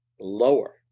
lower